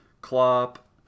Klopp